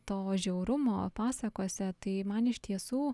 to žiaurumo pasakose tai man iš tiesų